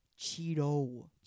Cheeto